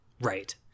Right